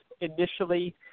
initially